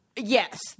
Yes